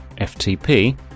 FTP